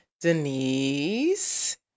Denise